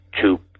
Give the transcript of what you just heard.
two